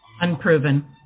Unproven